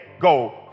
go